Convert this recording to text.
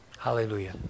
Hallelujah